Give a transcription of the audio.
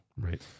Right